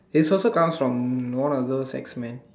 it's also comes from one of those X men